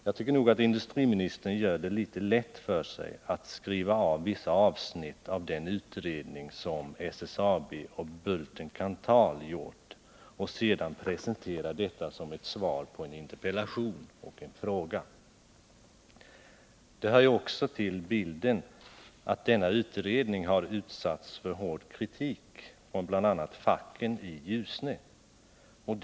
Jag tycker nog att industriministern gör det litet lätt för sig genom att skriva av vissa avsnitt av den utredning som SSAB och Bulten-Kanthal har gjort och sedan presentera detta som ett svar på en interpellation och en fråga. Det hör till bilden att denna utredning har utsatts för hård kritik från bl.a. facken i Ljusne.